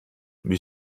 wie